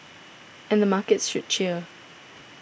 and the markets should cheer